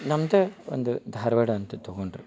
ನಮ್ಮದೇ ಒಂದು ಧಾರವಾಡ ಅಂತ ತಗೊಂಡ್ರೆ